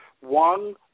one